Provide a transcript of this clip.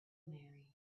married